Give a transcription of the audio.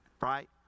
right